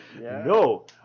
No